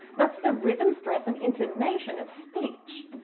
that's the rhythm, stress and intonation of speech.